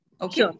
Okay